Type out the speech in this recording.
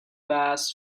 bass